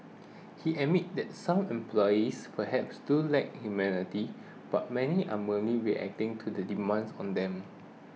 he admits that some employers perhaps do lack humanity but many are merely reacting to the demands on them